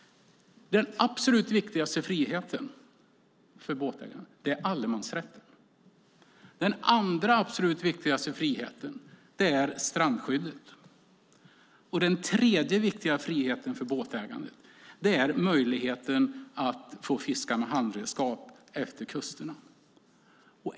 Den absolut viktigaste friheten för båtägarna är allemansrätten. Den andra viktiga friheten är strandskyddet. Den tredje viktiga friheten för båtägarna är möjligheten att få fiska med handredskap utefter kusterna.